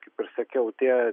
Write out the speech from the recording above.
kaip ir sakiau tie